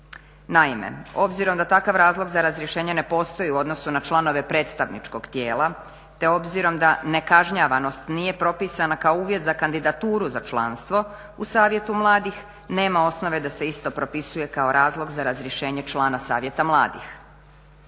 Naime, obzirom da takav razlog za razrješenje ne postoji u odnosu na članove predstavničkog tijela, te obzirom da nekažnjavanost nije propisana kao uvjet za kandidaturu za članstvo u Savjetu mladih nema osnove da se isto propisuje kao razlog za razrješenje člana Savjeta mladih.